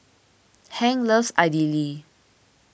Hank loves Idili